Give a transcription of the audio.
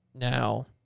Now